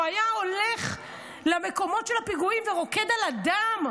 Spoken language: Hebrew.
הוא היה הולך למקומות של הפיגועים ורוקד על הדם,